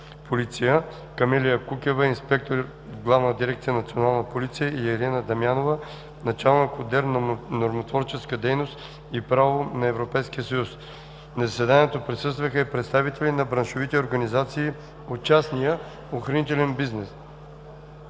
Камелия Кукева – инспектор в Главна дирекция „Национална полиция”, и Ирена Дамянова – началник отдел „Нормотворческа дейност и право на Европейския съюз”. На заседанието присъстваха и представители на браншовите организации от частния охранителен бизнес.